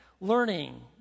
Learning